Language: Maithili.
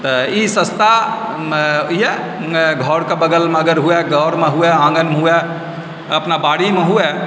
तऽ ई सस्ता भी यऽ घरक बगलमे हुए घरमे हुए आङ्गनमे हुय अपना बाड़ीमे हुय